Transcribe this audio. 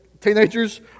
teenagers